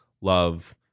love